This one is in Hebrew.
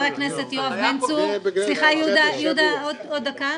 סליחה, יהודה, עוד דקה.